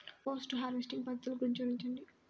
Post harvesting పద్ధతులు గురించి వివరించండి?